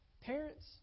Parents